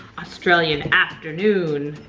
australian afternoon.